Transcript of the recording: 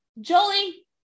jolie